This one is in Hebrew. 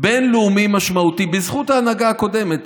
בין-לאומי משמעותי בזכות ההנהגה הקודמת,